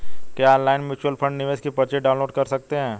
क्या online mutual fund निवेश की पर्ची डाउनलोड कर सकते हैं?